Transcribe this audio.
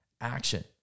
action